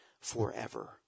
forever